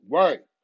Right